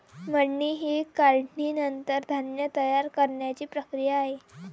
मळणी ही काढणीनंतर धान्य तयार करण्याची प्रक्रिया आहे